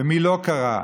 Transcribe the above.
ומי לא קרא,